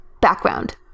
Background